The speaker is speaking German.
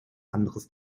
anderes